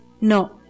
No